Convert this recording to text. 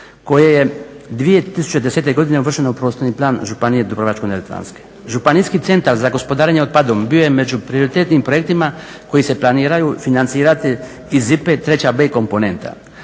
koje je 2010. Godine uvršteno u prostorni plan županije Dubrovačko-neretvanske. Županijski centar za gospodarenje otpadom bio je među prioritetnim projektima koji se planiraju financirati iz IPARD treća b komponenta.